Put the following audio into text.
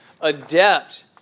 adept